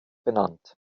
benannt